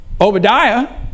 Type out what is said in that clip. Obadiah